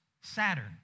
Saturn